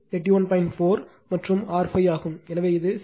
4 மற்றும் R 5 ஆகும் எனவே இது 6